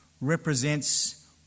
represents